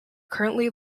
currently